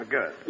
Good